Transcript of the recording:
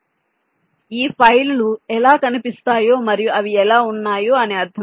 కాబట్టి ఈ ఫైల్లు ఎలా కనిపిస్తాయో మరియు అవి ఎలా ఉన్నాయో అని అర్థం